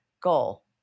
goal